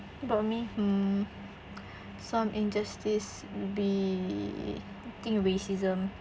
about me hmm some injustice will be I think will be racism